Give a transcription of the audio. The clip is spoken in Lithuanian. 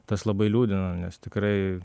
tas labai liūdina nes tikrai